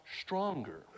stronger